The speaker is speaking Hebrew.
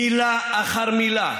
מילה אחר מילה.